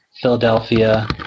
Philadelphia